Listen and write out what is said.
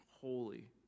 holy